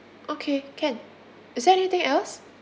okay can is there anything else